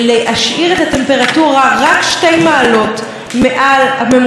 הממוצע העולמי שהיה לפני המהפכה התעשייתית.